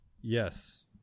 Yes